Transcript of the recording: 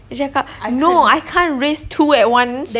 dia cakap no I can't raise two at once